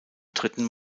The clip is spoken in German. dritten